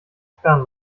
sperren